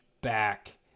back